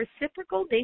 reciprocal